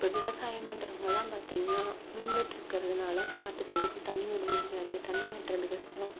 இப்போ விவசாயம் பண்ணுறவங்கெல்லாம் பார்த்திங்கன்னா மின்வெட்டு இருக்கிறதுனால காட்டுக்கு எதுக்கும் தண்ணி விட முடியாது தண்ணி கட்டுறது கஷ்டம்